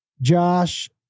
Josh